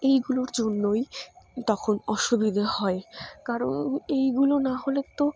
এইগুলোর জন্যই তখন অসুবিধে হয় কারণ এইগুলো না হলে তো